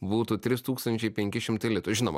būtų trys tūkstančiai penki šimtai litų žinoma